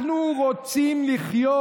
אנחנו רוצים לחיות.